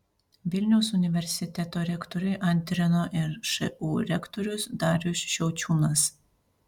vilniaus universiteto rektoriui antrino ir šu rektorius darius šiaučiūnas